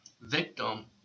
victim